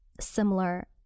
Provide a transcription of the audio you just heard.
similar